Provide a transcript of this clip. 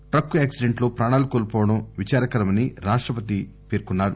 ఈ truck accident లో ప్రాణాలు కోల్చోవడం విచారకరమని రాష్టపతి పేర్కొన్నారు